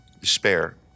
despair